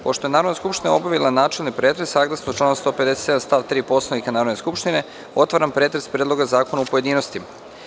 Pošto je Narodna skupština obavila načelni pretres, saglasno članu 157. stav 3. Poslovnika Narodne skupštine, otvaram pretres Predloga zakona u pojedinostima.